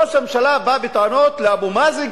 ראש הממשלה בא בטענות לאבו מאזן,